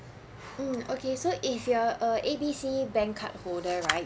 mm okay so if you are a A_B_C bank card holder right